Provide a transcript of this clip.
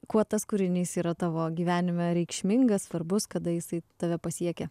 kuo tas kūrinys yra tavo gyvenime reikšmingas svarbus kada jisai tave pasiekė